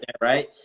Right